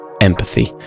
empathy